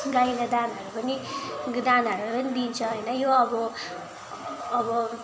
गाईलाई दाना पनि दानाहरू पनि दिन्छ होइन यो अब अब